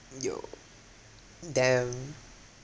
yo damn